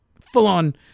full-on